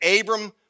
Abram